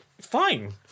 Fine